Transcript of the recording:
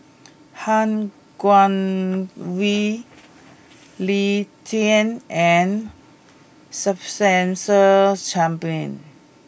Han Guangwei Lee Tjin and Spencer Chapman